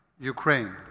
Ukraine